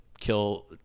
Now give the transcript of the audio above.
kill